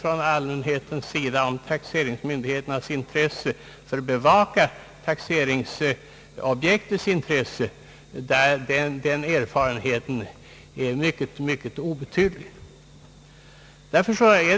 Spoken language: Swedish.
Men allmänheten tycker sig ha gjort den erfarenheten att taxeringsmyndigheternas intresse är ytterst obetydligt när det gäller att tillgodose taxeringsobjektets bästa.